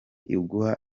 uguha